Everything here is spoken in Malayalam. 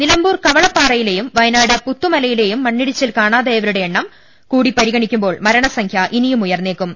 നിലമ്പൂർ കവളപ്പാറയിലെയും വയനാട് പുത്തുമലയിലെയും മണ്ണിടിച്ചിലിൽ കാണാതായവരുടെ എണ്ണം കൂടി പരിഗണിക്കു മ്പോൾ മരണസംഖ്യ ഇനിയും ഉയർന്നേക്കും